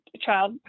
child